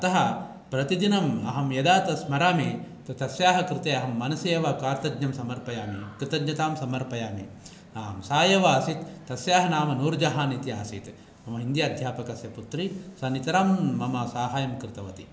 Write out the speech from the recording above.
अत प्रतिदिनं अहं यदा तत् स्मरामि तस्यां कृते मनसि एव कार्तज्ञं समर्पयामि कृतज्ञतां समर्पयामि आं सा एव आसीत् तस्या नाम नूर्जहान् इति आसीत् मम हिन्दी अध्यापकस्य पुत्री सा नितरां मम साहायं कृतवती